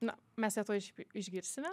na mes ją tuoj šiaip jau išgirsime